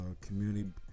Community